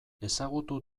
ezagutu